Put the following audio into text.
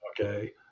Okay